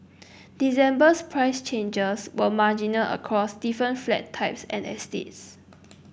December's price changes were marginal across different flat types and estates